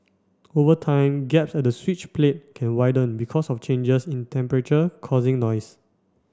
over time gap at the switch plate can widen because of changes in temperature causing noise